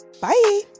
Bye